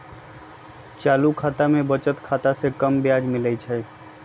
चालू खता में बचत खता से कम ब्याज मिलइ छइ